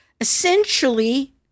essentially